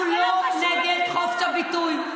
אנחנו לא נגד חופש הביטוי.